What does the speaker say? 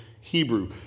Hebrew